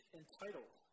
entitled